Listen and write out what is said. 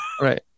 right